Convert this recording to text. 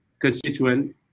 constituent